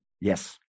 Yes